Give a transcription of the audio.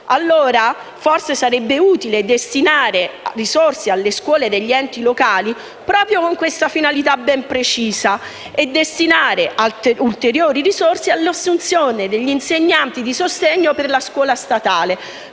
Forse sarebbe utile destinare allora risorse alle scuole degli enti locali con questa finalità ben precisa e destinare ulteriori risorse all'assunzione degli insegnanti di sostegno per la scuola statale.